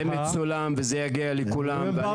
זה מצולם וזה יגיע לכולם ואני בטוח שייפול על אוזניים קשובות.